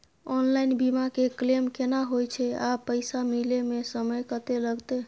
Online बीमा के claim केना होय छै आ पैसा मिले म समय केत्ते लगतै?